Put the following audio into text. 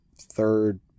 third